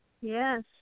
Yes